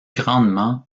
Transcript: grandement